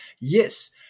Yes